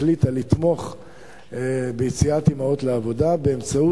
החליטה לתמוך ביציאת אמהות לעבודה באמצעות